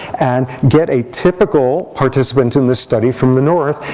and get a typical participant in this study from the north.